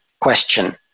question